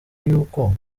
y’uko